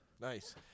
Nice